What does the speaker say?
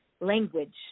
language